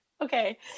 okay